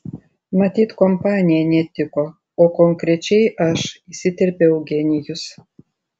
matyt kompanija netiko o konkrečiai aš įsiterpė eugenijus